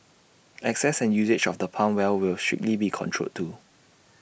access and usage of the pump well will strictly be controlled too